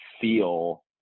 feel